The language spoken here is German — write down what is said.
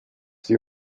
sie